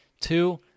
Two